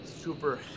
super